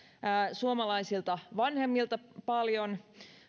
suomalaisilta vanhemmilta paljon